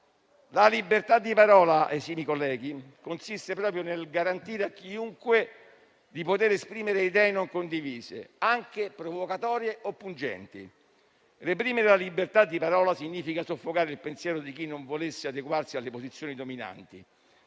La libertà di parola, esimi colleghi, consiste proprio nel garantire a chiunque di poter esprimere idee non condivise, anche provocatorie o pungenti. Reprimere la libertà di parola significa soffocare il pensiero di chi non volesse adeguarsi alle posizioni dominanti.